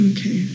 Okay